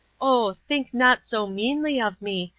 oh! think not so meanly of me,